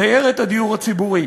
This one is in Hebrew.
דיירת הדיור הציבורי.